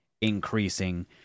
increasing